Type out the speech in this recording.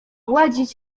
gładzić